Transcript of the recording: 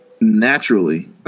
Naturally